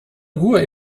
ruhr